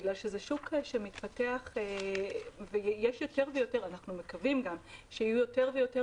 בגלל שזה שוק שמתפתח ואנחנו מקווים שיהיו יותר ויותר